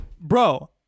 Bro